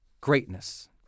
greatness